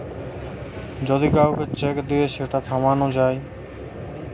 যদি কাউকে চেক দিয়ে সেটা থামানো যায়